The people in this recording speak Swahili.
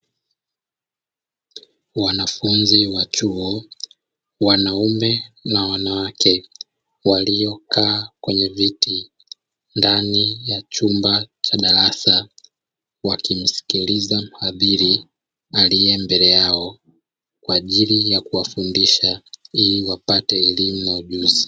Wanafunzi wa chuo wanaume na wanawake waliokaa kwenye viti ndani ya chumba cha darasa wakimsikiliza mhadhiri aliye mbele yao kwa ajili ya kuwafundisha ili wapate elimu na ujuzi.